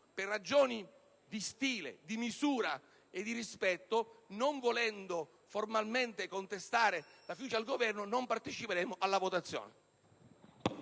per ragioni di stile, di misura e di rispetto. Non volendo formalmente contestare la fiducia al Governo, oggi non parteciperemo alla votazione.